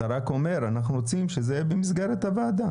אתה רק אומר, אנחנו רוצים שזה יהיה במסגרת הוועדה.